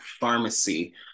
pharmacy